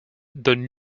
donne